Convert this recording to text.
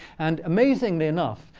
and amazingly enough,